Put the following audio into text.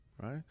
Right